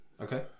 Okay